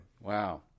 Wow